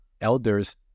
elders